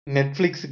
Netflix